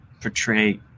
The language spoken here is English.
portray